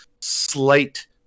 slight